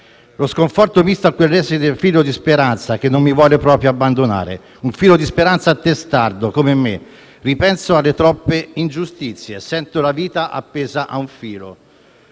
Lo sconforto è misto a quell'esile filo di speranza, che non mi vuole proprio abbandonare. Un filo di speranza testardo, come me. Ripenso alle troppe ingiustizie e sento la vita appesa ad un filo